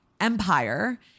empire